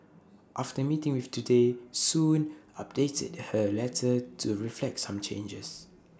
after meeting with Today Soon updated her letter to reflect some changes